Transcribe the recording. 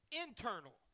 Internal